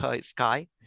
sky